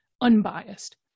Unbiased